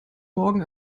morgen